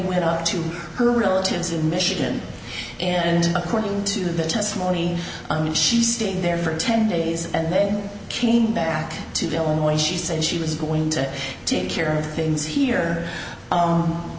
nt up to her realty is in michigan and according to the testimony she stayed there for ten days and then came back to the illinois she said she was going to take care of things here